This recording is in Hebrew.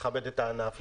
לכבד את הענף,